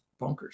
bonkers